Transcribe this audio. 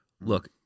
Look